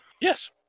yes